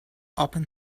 upon